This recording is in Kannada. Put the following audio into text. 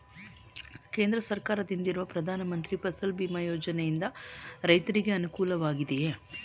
ಕೇಂದ್ರ ಸರ್ಕಾರದಿಂದಿರುವ ಪ್ರಧಾನ ಮಂತ್ರಿ ಫಸಲ್ ಭೀಮ್ ಯೋಜನೆಯಿಂದ ರೈತರಿಗೆ ಅನುಕೂಲವಾಗಿದೆಯೇ?